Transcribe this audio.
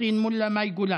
פטין מולא ומאי גולן.